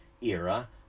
era